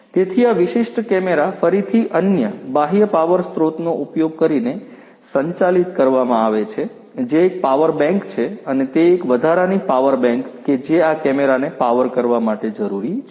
તેથી આ વિશિષ્ટ કેમેરા ફરીથી અન્ય બાહ્ય પાવર સ્રોતનો ઉપયોગ કરીને સંચાલિત કરવામાં આવે છે જે એક પાવર બેંક છે અને તે એક વધારાની પાવર બેંક કે જે આ કેમેરાને પાવર કરવા માટે જરૂરી છે